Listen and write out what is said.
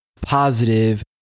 positive